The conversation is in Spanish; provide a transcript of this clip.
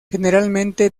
generalmente